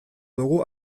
dugu